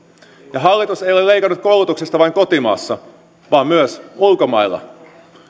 hallitus ei ole leikannut koulutuksesta vain kotimaassa vaan myös ulkomailla